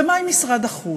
ומה עם משרד החוץ,